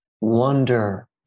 wonder